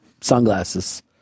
sunglasses